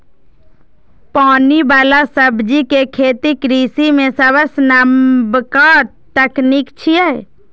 पानि बला सब्जी के खेती कृषि मे सबसं नबका तकनीक छियै